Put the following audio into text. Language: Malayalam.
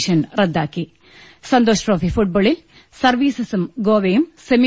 ഷൻ റദ്ദാക്കി സന്തോഷ് ട്രോഫി ഫുട്ബോളിൽ സർവ്വീസസും ഗോവയും സെമി